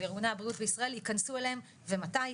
של ארגוני הבריאות יכנסו אליהם ומתי.